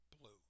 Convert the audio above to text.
blue